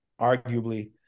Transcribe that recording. arguably